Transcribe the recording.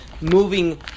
moving